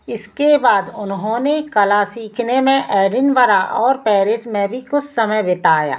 इसके बाद उन्होंने कला सीखने में एडिनबरा और पेरिस में भी कुछ समय बिताया